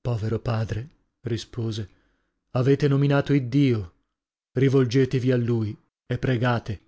povero padre rispose avete nominato iddio rivolgetevi a lui e pregate